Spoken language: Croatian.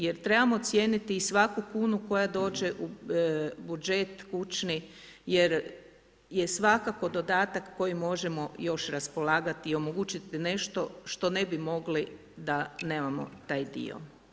Jer trebamo cijeniti i svaku kunu koja dođe u budžet kućni jer je svakako dodatak kojim možemo još raspolagati i omogućiti nešto što ne bi mogli da nemamo taj dio.